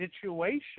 situation